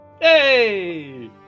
Hey